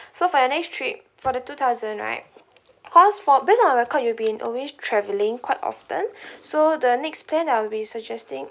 so for your next trip for the two thousand right cause for based on the record you been always travelling quite often so the next plan that I'll be suggesting